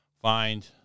find